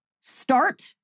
start